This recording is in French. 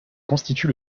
constitue